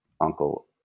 uncle